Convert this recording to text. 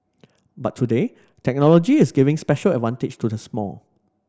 but today technology is giving special advantage to the small